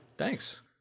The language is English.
Thanks